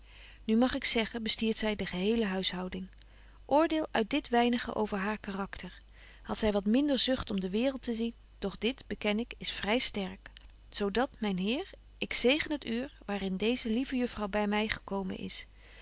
nu mag ik zeggen bestiert zy de gehele huishouding oordeel uit dit weinige over haar karakter hadt zy wat minder zucht om de waereld te zien doch dit beken ik is vry sterk zo dat myn heer ik zegen het uur waar in deeze lieve juffrouw by my gekomen is